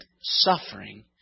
suffering